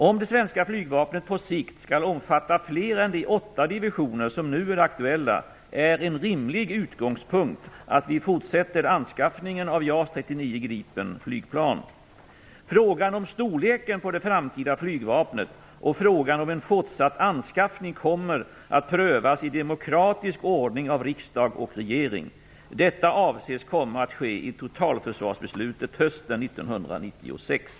Om det svenska flygvapnet på sikt skall omfatta fler än de åtta divisioner som nu är aktuella, är en rimlig utgångspunkt att vi fortsätter anskaffningen av JAS 39 Gripen-flygplan. Frågan om storleken på det framtida flygvapnet och om en fortsatt anskaffning kommer att prövas i demokratisk ordning av riksdag och regering. Detta avses komma att ske i totalförsvarsbeslutet hösten 1996.